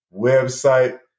website